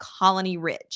COLONYRIDGE